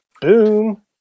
Boom